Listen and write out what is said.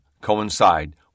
coincide